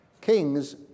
Kings